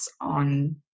on